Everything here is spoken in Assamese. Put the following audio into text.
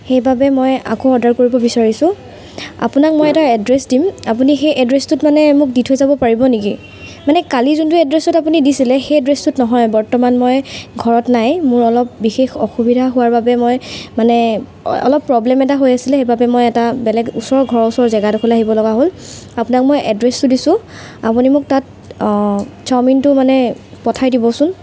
সেইবাবে মই আকৌ অৰ্ডাৰ কৰিব বিচাৰিছোঁ আপোনাক মই এটা এড্ৰেছ দিম আপুনি সেই এড্ৰেছটোত মানে মোক দি থৈ যাব পাৰিব নেকি মানে কালি যোনটো এড্ৰেছত আপুনি দিছিলে সেই এড্ৰেছটোত নহয় বৰ্তমান মই ঘৰত নাই মোৰ অলপ বিশেষ অসুবিধা হোৱাৰ বাবে মই মানে অলপ প্ৰবলেম এটা হৈ আছিলে সেইবাবে মই এটা বেলেগ ওচৰৰ ঘৰৰ ওচৰৰ জেগাডোখৰলৈ আহিবলগা হ'ল আপোনাক মই এড্ৰেছটো দিছোঁ আপুনি মোক তাত চাওমিনটো মানে পঠাই দিবচোন